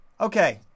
Okay